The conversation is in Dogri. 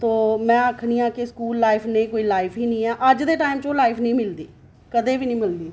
तो में आखनी आं कि स्कूल लाइफ नेही कोई लाइफ नीं ऐ अज्ज दे टाईम ओह् लाइफ नी मिलदी कदें बी नी मिलदी